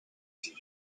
few